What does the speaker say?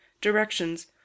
Directions